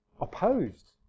opposed